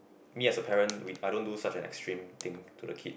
me as a parent we I don't do such an extreme thing to the kid